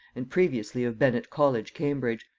and previously of bene't college cambridge,